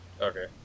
Okay